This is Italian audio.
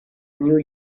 new